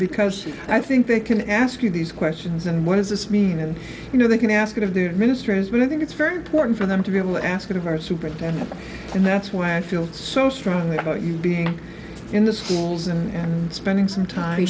because i think they can ask you these questions and what does this mean and you know they can ask of the ministers we think it's very important for them to be able to ask it of our superintendent and that's why i feel so strongly about you being in the schools and spending some time